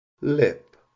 lip